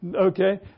Okay